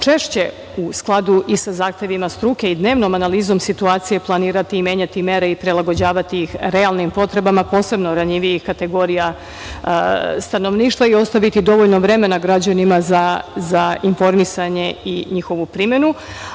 češće, u skladu i sa zahtevima struke i dnevnom analizom situacije, planirati i menjati mere i prilagođavati ih realnim potrebama, posebno ranjivijih kategorija stanovništva i ostaviti dovoljno vremena građanima za informisanje i njihovu primenu. Kada